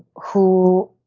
who